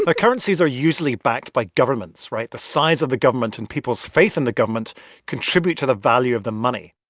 but currencies are usually backed by governments, right? the size of the government and people's faith in the government contribute to the value of the money.